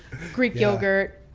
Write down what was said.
greek yogurt,